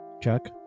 chuck